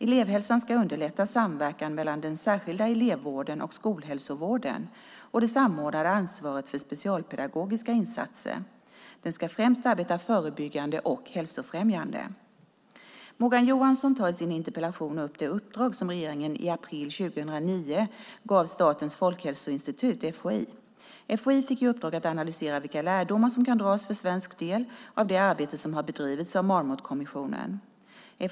Elevhälsan ska underlätta samverkan mellan den särskilda elevvården och skolhälsovården och det samordnade ansvaret för specialpedagogiska insatser. Den ska främst arbeta förebyggande och hälsofrämjande. Morgan Johansson tar i sin interpellation upp det uppdrag som regeringen i april 2009 gav Statens folkhälsoinstitut, FHI. FHI fick i uppdrag att analysera vilka lärdomar som kan dras för svensk del av det arbete som har bedrivits av Marmotkommissionen.